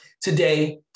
Today